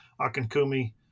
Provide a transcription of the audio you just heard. Akankumi